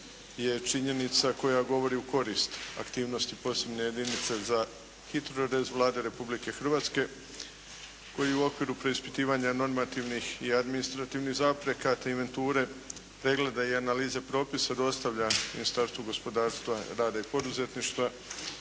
je činjenica koja govori u korist aktivnosti posebne jedinice za HITRORez Vlada Republike Hrvatske koji u okviru preispitivanja normativnih i administrativnih zapreka te inventure pregleda i analize propisa dostavlja Ministarstvu gospodarstva rada i poduzetništva